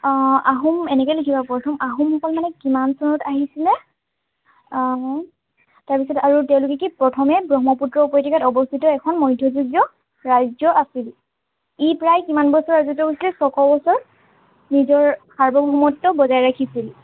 অ আহোম এনেকৈ লিখিবা প্ৰথম আহোমসকল মানে কিমান চনত আহিছিলে তাৰপিছত আৰু তেওঁলোকে কি প্ৰথমে ব্ৰহ্মপুত্ৰ উপত্যকাত অৱস্থিত এখন মধ্যযুগীয় ৰাজ্য আছিল ই প্ৰায় কিমান বছৰ ৰাজত্ব কৰিছিল ছশ বছৰ নিজৰ সাৰ্বভৌমত্ব বজাই ৰাখিছিল